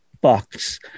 bucks